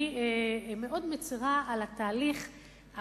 אני מאוד מצרה על התהליך,